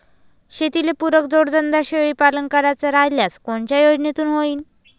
शेतीले पुरक जोडधंदा शेळीपालन करायचा राह्यल्यास कोनच्या योजनेतून होईन?